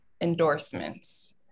endorsements